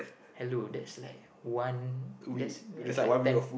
hello that's like one that's that's like ten